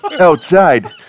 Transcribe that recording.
Outside